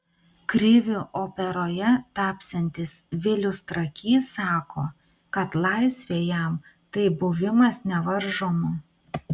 kriviu operoje tapsiantis vilius trakys sako kad laisvė jam tai buvimas nevaržomu